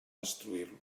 destruir